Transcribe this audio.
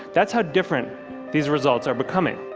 that's how different these results are becoming.